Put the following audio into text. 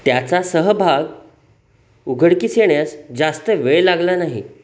त्याचा सहभाग उघडकीस येण्यास जास्त वेळ लागला नाही